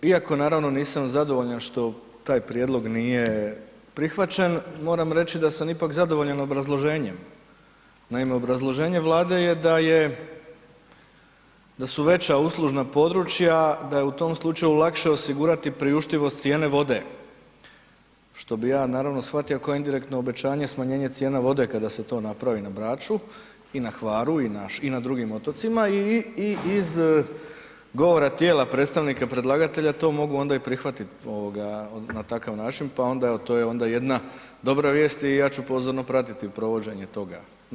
Iako naravno, nisam zadovoljan što taj prijedlog nije prihvaćen, moram reći da sam ipak zadovoljan obrazloženjem, naime obrazloženje Vlade je da su veća uslužna područja, da je u tom slučaju lakše osigurati priuštivost cijene vode što bi ja naravno shvatio kao indirektno obećanje smanjenja cijene vode kada se to napravi na Braču i na Hvaru i na drugim otocima i iz govora tijela predstavnika predlagatelja, to mogu onda i prihvatiti na takav način pa onda evo to je onda jedna dobra vijest i ja ću pozorno pratiti provođenje toga.